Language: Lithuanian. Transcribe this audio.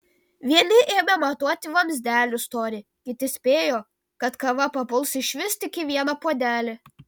vieni ėmė matuoti vamzdelių storį kiti spėjo kad kava papuls išvis tik į vieną puodelį